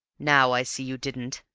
now i see you didn't,